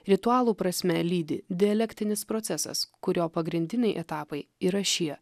ritualų prasme lydi dialektinis procesas kurio pagrindiniai etapai yra šie